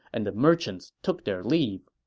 and the merchants took their leave